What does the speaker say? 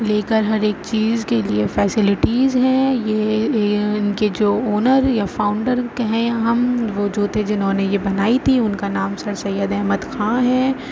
لیکر ہر ایک چیز کے لیے فیسلٹیز ہے یہ ان کے جو آنر یا فاؤنڈر کہیں یا ہم وہ جو تھے جنہوں نے بنائی تھی ان کا نام سر سید احمد خاں ہے